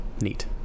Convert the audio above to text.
Neat